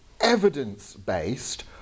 evidence-based